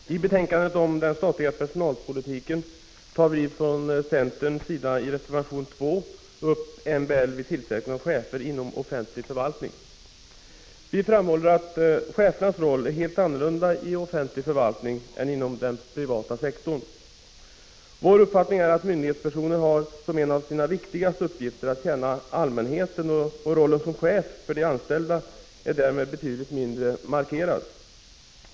Fru talman! I betänkandet om den statliga personalpolitiken tar vi från centerns sida i reservation 2 upp MBL vid tillsättning av chefer inom offentlig förvaltning. Vi framhåller att chefernas roll är helt annorlunda i offentlig förvaltning än inom den privata sektorn. Vår uppfattning är att myndighetspersoner har som en av sina viktigaste uppgifter att tjäna allmänheten, och rollen som chef för de anställda är därmed betydligt mindre markerad.